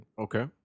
okay